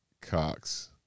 Cox